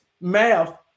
math